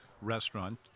restaurant